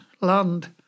land